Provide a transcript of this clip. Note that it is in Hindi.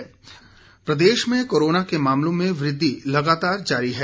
हिमाचल कोरोना प्रदेश में कोरोना के मामलों में वृद्धि लगातार जारी है